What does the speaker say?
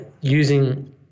using